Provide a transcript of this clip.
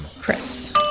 Chris